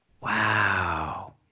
Wow